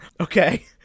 Okay